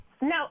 No